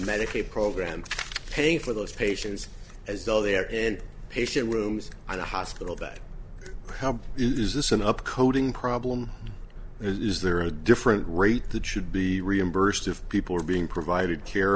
medicaid program paying for those patients as though they are in patient rooms and a hospital bed is this an up coding problem is there a different rate that should be reimbursed of people are being provided care